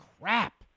crap